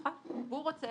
הוא רוצה,